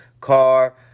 car